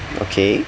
okay